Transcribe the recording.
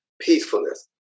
peacefulness